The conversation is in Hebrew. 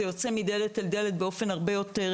זה יוצא מדלת אל דלת באופן הרבה יותר